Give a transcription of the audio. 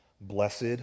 Blessed